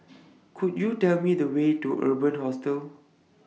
Could YOU Tell Me The Way to Urban Hostel